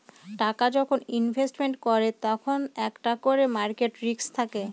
টাকা যখন ইনভেস্টমেন্ট করে তখন একটা করে মার্কেট রিস্ক থাকে